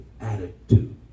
attitude